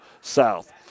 South